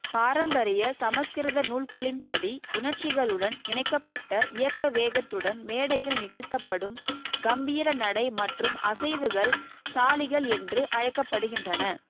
பாரம்பரிய சமஸ்கிருத நூல்களின் படி உணர்ச்சிகளுடன் இணைக்கப்பட்ட இயக்க வேகத்துடன் மேடையில் நிகழ்த்தப்படும் கம்பீர நடை மற்றும் அசைவுகள் சாலிகள் என்று அழைக்கப்படுகின்றன